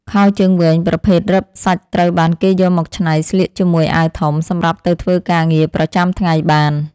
ខោជើងវែងប្រភេទរឹបសាច់ត្រូវបានគេយកមកច្នៃស្លៀកជាមួយអាវធំសម្រាប់ទៅធ្វើការងារប្រចាំថ្ងៃបាន។